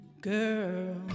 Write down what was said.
Girl